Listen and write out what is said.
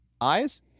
eyes